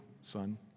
son